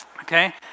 Okay